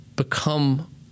Become